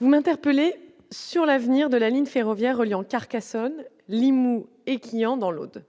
vous m'interpellez sur l'avenir de la ligne ferroviaire reliant Carcassonne, Limoux et Quillan, dans l'auto,